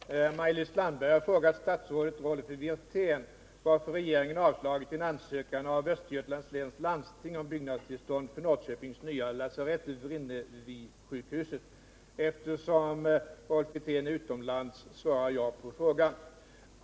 Herr talman! Maj-Lis Landberg har frågat statsrådet Rolf Wirtén varför regeringen har avslagit en ansökan av Östergötlands läns landsting om byggnadstillstånd för Norrköpings nya lasarett Vrinnevisjukhuset. Eftersom statsrådet Wirtén är utomlands svarar jag på frågan.